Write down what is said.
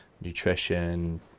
nutrition